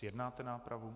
Zjednáte nápravu?